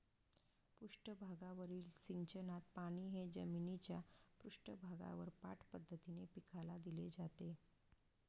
पृष्ठभागावरील सिंचनात पाणी हे जमिनीच्या पृष्ठभागावर पाठ पद्धतीने पिकाला दिले जाते